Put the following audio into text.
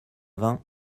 vingts